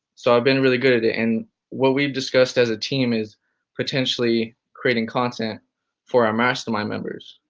so i've been really good at it. and what we've discussed as a team is potentially creating content for our mastermind members,